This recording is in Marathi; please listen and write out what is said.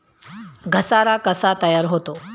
घसारा कसा तयार होतो?